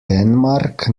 dänemark